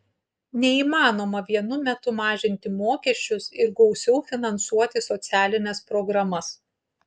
neįmanoma vienu metu mažinti mokesčius ir gausiau finansuoti socialines programas